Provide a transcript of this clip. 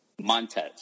Montez